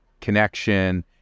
connection